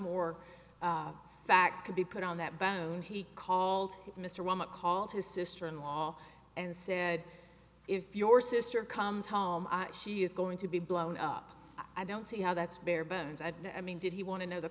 more facts could be put on that bone he called mr obama called his sister in law and said if your sister comes home she is going to be blown up i don't see how that's bare bones i mean did he want to know the